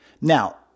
Now